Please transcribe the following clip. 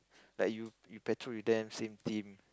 like you you patrol with them same team